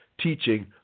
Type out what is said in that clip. teaching